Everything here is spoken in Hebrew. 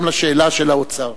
גם לשאלה של האוצר.